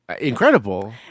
incredible